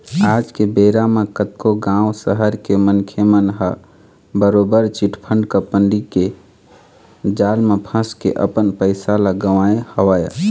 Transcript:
आज के बेरा म कतको गाँव, सहर के मनखे मन ह बरोबर चिटफंड कंपनी के जाल म फंस के अपन पइसा ल गवाए हवय